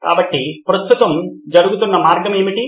కాబట్టి ప్రస్తుతం జరుగుతున్న మార్గం ఏమిటి